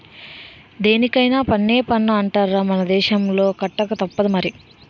దేనికైన పన్నే పన్ను అంటార్రా మన దేశంలో కట్టకతప్పదు మరి